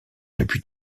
depuis